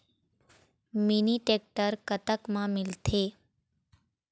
Mini tractor कतक म मिलथे?